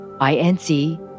I-N-C